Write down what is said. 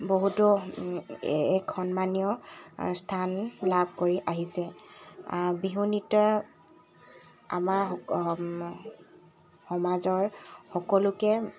বহুতো এক সন্মানীয় স্থান লাভ কৰি আহিছে বিহু নৃত্যই আমাৰ সমাজৰ সকলোকে